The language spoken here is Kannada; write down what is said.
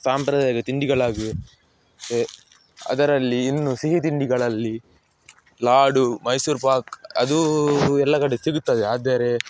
ಸಾಂಪ್ರದಾಯಿಕ ತಿಂಡಿಗಳಾಗಿವೆ ಅದರಲ್ಲಿ ಇನ್ನು ಸಿಹಿತಿಂಡಿಗಳಲ್ಲಿ ಲಾಡು ಮೈಸೂರ್ ಪಾಕ್ ಅದು ಎಲ್ಲ ಕಡೆ ಸಿಗುತ್ತದೆ ಆದರೆ